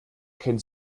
kennt